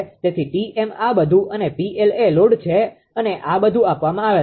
તેથી 𝑇𝑚 આ બધું અને 𝑃𝐿 એ લોડ છે અને આ બધું આપવામાં આવેલ છે